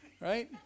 right